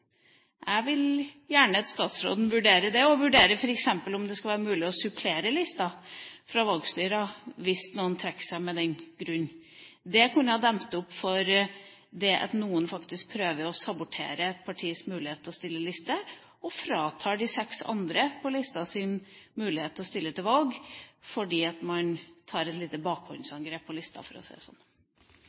Jeg vil gjerne at statsråden vurderer det, og vurderer f.eks. om det skal være mulig å supplere lista fra valgstyrene hvis noen trekker seg med den begrunnelsen. Det kunne ha demmet opp for at noen faktisk prøver å sabotere et partis mulighet til å stille liste, og fratar de seks andre på lista muligheten til å stille til valg, fordi man har et lite bakholdsangrep på lista, for å si det sånn.